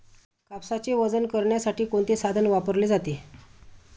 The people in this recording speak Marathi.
कापसाचे वजन करण्यासाठी कोणते साधन वापरले जाते?